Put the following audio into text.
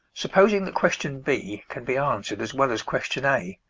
supposing that question b can be answered as well as question a,